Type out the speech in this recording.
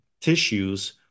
tissues